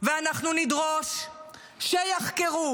ואנחנו נדרוש שיחקרו